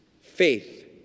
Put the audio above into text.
Faith